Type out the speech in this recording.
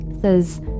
says